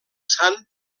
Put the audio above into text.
sant